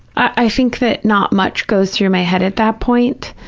i think that not much goes through my head at that point.